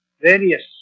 various